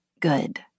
good